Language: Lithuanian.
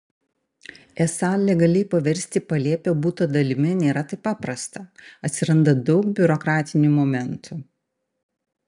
esą legaliai paversti palėpę buto dalimi nėra taip paprasta atsiranda daug biurokratinių momentų